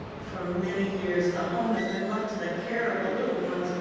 for many years the home has been left to the care of the little ones,